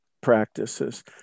practices